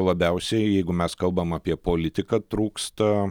labiausiai jeigu mes kalbam apie politiką trūksta